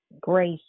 grace